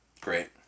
Great